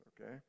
okay